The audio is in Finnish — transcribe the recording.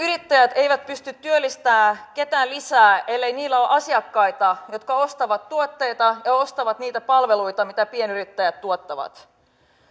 yrittäjät eivät pysty työllistämään ketään lisää ellei heillä ole asiakkaita jotka ostavat tuotteita ja ostavat niitä palveluita mitä pienyrittäjät tuottavat